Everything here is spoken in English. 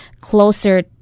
closer